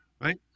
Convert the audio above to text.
Right